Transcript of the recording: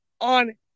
on